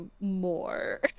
more